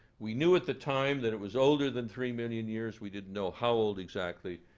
we knew at the time that it was older than three million years. we didn't know how old exactly.